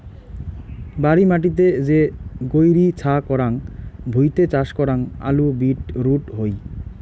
বাড়ি মাটিতে যে গৈরী ছা করাং ভুঁইতে চাষ করাং আলু, বিট রুট হই